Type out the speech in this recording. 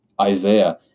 Isaiah